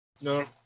No